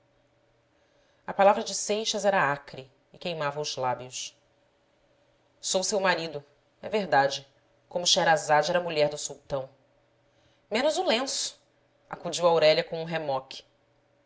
a palavra de seixas era acre e queimava os lábios sou seu marido é verdade como scheherazade era mulher do sultão menos o lenço acudiu aurélia com um remoque